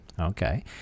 Okay